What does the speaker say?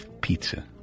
pizza